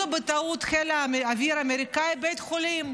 בטעות חיל האוויר האמריקני בית חולים,